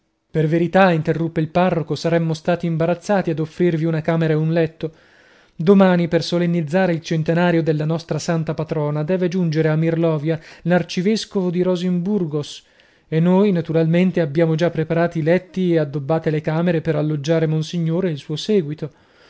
per verità interruppe il parroco saremmo stati imbarazzati ad offrirvi una camera ed un letto domani per solennizzare il centenario della nostra santa patrona deve giungere a mirlovia l'arcivescovo di rosinburgos e noi naturalmente abbiamo già preparati i letti e addobbate le camere per alloggiare monsignore ed il suo seguito